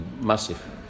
massive